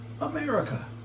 America